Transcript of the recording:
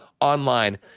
online